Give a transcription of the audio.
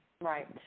right